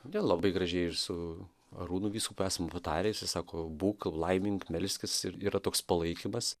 kodėl labai gražiai ir su arūnu vyskupu esam sutarę jisai sako būk laimink melskis ir yra toks palaikymas